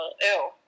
Ew